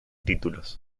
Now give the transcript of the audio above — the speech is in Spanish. títulos